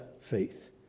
faith